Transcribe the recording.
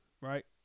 right